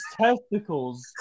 testicles